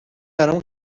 برام